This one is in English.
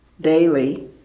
daily